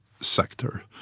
sector